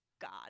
God